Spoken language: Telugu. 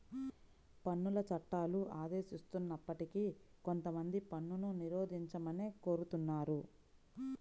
పన్నుల చట్టాలు ఆదేశిస్తున్నప్పటికీ కొంతమంది పన్నును నిరోధించమనే కోరుతున్నారు